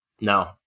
No